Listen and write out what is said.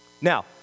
Now